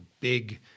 big